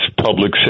public